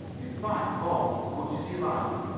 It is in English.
in fact, bob, much as he liked them,